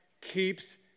keeps